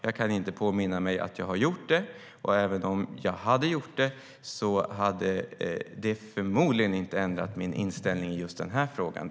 Jag kan inte påminna mig om att jag har gjort det, och även om jag hade gjort det så hade det förmodligen inte ändrat min inställning i just den här frågan.